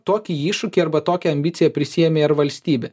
tokį iššūkį arba tokią ambiciją prisiėmė ar valstybė